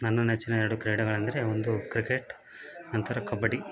ನನ್ನ ನೆಚ್ಚಿನ ಎರಡು ಕ್ರೀಡೆಗಳೆಂದರೆ ಒಂದು ಕ್ರಿಕೆಟ್ ನಂತರ ಕಬಡ್ಡಿ